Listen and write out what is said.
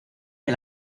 que